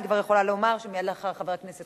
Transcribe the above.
אני כבר יכולה לומר שמייד לאחר חבר הכנסת